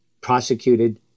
prosecuted